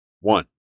one